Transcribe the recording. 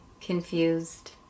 confused